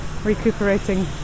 recuperating